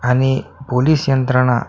आणि पोलीस यंत्रणा